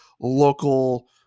local